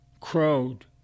crowed